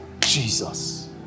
Jesus